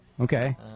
Okay